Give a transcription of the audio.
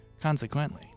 Consequently